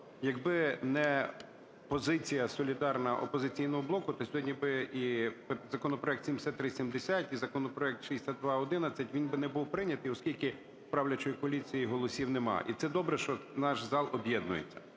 якби не позиція солідарна "Опозиційного блоку", то сьогодні би і законопроект 7370, і законопроект 6211, він би не був прийнятий, оскільки в правлячої коаліції голосів нема. І це добре, що наш зал об'єднується.